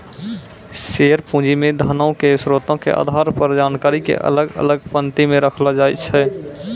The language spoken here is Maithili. शेयर पूंजी मे धनो के स्रोतो के आधार पर जानकारी के अलग अलग पंक्ति मे रखलो जाय छै